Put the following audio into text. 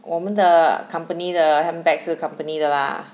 我们的 company 的 handbags 是 company 的啦